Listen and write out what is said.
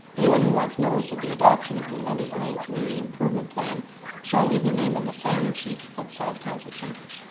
anyone who wants notice of the adoption of the lundy's lane community improvement plan shall leave their name on the sign-in sheets outside council chambers.